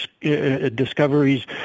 discoveries